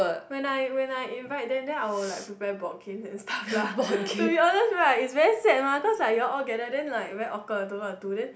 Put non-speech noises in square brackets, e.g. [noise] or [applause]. when I when I invite them then I'll like prepare board games and stuffs lah [laughs] to be honest right it's very sad mah cause like you all gather then very awkward don't know what to do